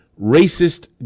racist